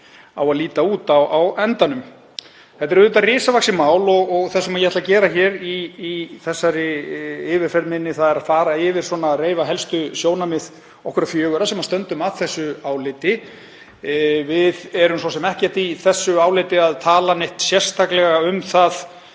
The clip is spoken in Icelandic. á að líta út á endanum. Þetta er risavaxið mál og það sem ég ætla að gera í þessari yfirferð minni er að fara yfir og reifa helstu sjónarmið okkar fjögurra sem stöndum að þessu áliti. Við erum svo sem ekkert í álitinu að tala neitt sérstaklega um það